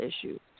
issues